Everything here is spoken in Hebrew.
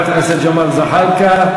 חבר הכנסת ג'מאל זחאלקה.